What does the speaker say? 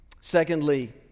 Secondly